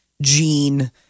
Gene